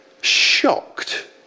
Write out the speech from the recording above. shocked